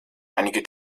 einige